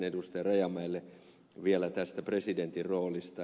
rajamäelle vielä presidentin roolista